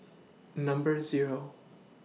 Number Zero